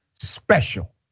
special